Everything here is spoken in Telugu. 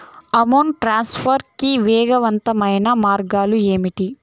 అమౌంట్ ట్రాన్స్ఫర్ కి వేగవంతమైన మార్గం ఏంటి